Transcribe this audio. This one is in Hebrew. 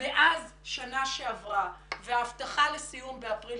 מאז שנה שעברה וההבטחה לסיום באפריל